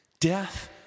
death